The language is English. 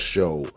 Show